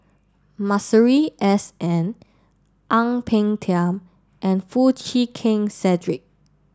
Masuri S N Ang Peng Tiam and Foo Chee Keng Cedric